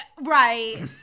Right